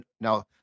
now